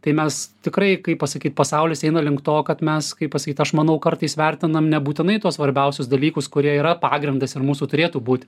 tai mes tikrai kaip pasakyt pasaulis eina link to kad mes kaip pasakyt aš manau kartais vertinam nebūtinai tuos svarbiausius dalykus kurie yra pagrindas ir mūsų turėtų būt